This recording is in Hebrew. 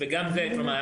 הבנתי, אוקיי, בסדר.